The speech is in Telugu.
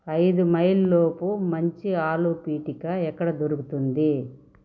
ఐదు మైళ్ళ లోపు మంచి ఆలూ పీటికా ఎక్కడ దొరుకుతుంది